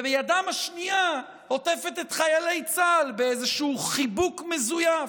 וידם השנייה עוטפת את חיילי צה"ל באיזשהו חיבוק מזויף.